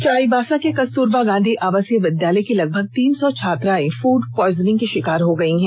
चाईबासा के कस्तूरबा गांधी आवासीय विद्यालय की लगभग तीन सौ छात्राएं फूड प्वाइजनिंग की षिकार हो गई हैं